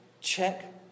check